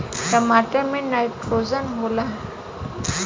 टमाटर मे नाइट्रोजन होला?